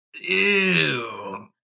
Ew